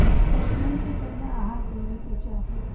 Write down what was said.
पशुअन के केतना आहार देवे के चाही?